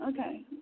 Okay